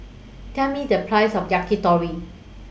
Tell Me The Price of Yakitori